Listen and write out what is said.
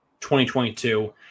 2022